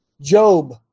Job